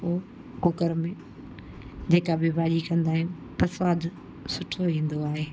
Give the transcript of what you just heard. त पोइ कुकर में जेका बि भाॼी कंदा आहियूं त सवादु सुठो ईंदो आहे